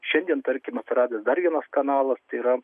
šiandien tarkim atsiradęs dar vienas kanalas yra